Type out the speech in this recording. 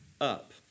up